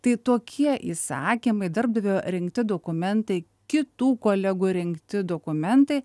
tai tokie įsakymai darbdavio rinkti dokumentai kitų kolegų rinkti dokumentai